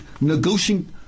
negotiating